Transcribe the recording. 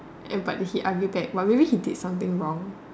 and but he argue back but maybe he did something wrong